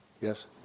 Yes